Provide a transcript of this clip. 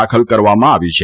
દાખલ કરવામાં આવી છે